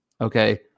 okay